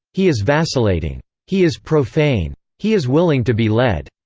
he is vacillating. he is profane. he is willing to be led.